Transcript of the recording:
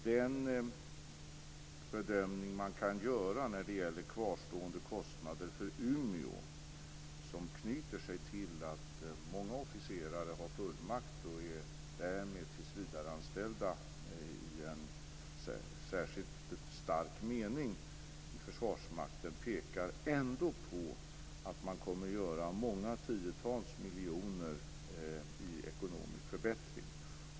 Den bedömning man kan göra när det gäller kvarstående kostnader för Umeå, som anknyter till att många officerare har fullmakt och därmed i särskilt stark mening är tillsvidareanställda i Försvarsmakten, pekar ändå på att man kommer att uppnå en ekonomisk förbättring på många tiotals miljoner.